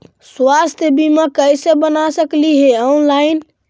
स्वास्थ्य बीमा कैसे बना सकली हे ऑनलाइन?